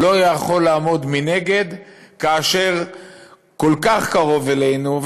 לא יכול לעמוד מנגד כאשר כל כך קרוב אלינו,